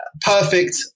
perfect